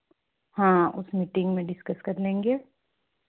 हाँ उस मीटिंग में डिस्कस कर लेंगे